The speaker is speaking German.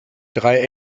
drei